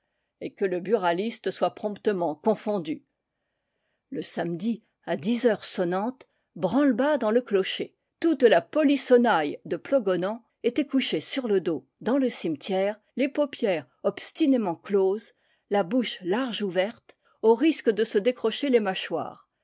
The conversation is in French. et que le buraliste soit promptement confondu le samedi à dix heures sonnantes branle-bas dans le clocher toute la polissonn aille de plogonan était couchée sur le dos dans le cimetière les paupières obstinément closes la bouche large ouverte au risque de se décrocher les mâchoires